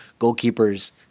goalkeepers